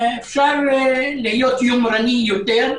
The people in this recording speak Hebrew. אפשר להיות יומרני יותר,